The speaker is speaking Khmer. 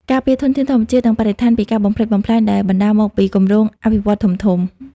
ការពារធនធានធម្មជាតិ និងបរិស្ថានពីការបំផ្លិចបំផ្លាញដែលបណ្តាលមកពីគម្រោងអភិវឌ្ឍន៍ធំៗ។